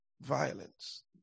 violence